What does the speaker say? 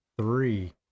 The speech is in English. three